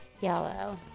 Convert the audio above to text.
Yellow